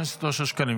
חבר הכנסת אושר שקלים,